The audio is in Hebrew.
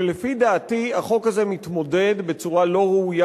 שלפי דעתי החוק הזה מתמודד בצורה לא ראויה